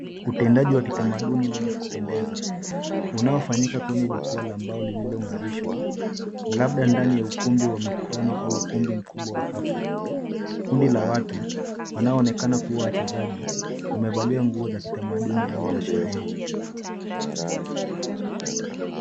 Utendaji w kitamaduni wenye kupendeza unaofanyika kwenye jukwaa la mbao liling'arishwa labda ndani ya ukumbi wa mkutano au ukumbi wa hafla. Kundi la watu wanaonekana kuwa wachezaji, wamevalia nguo za kitamaduni au za sherehe.